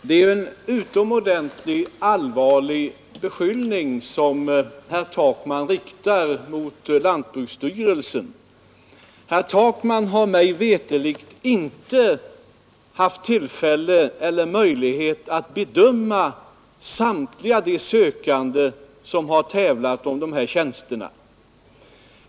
Herr talman! Det är ju en utomordentligt allvarlig beskyllning som herr Takman riktar mot lantbruksstyrelsen. Herr Takman har mig veterligt inte haft möjlighet att bedöma samtliga de sökande som har tävlat om de här tjänsterna.